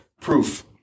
proof